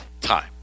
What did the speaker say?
time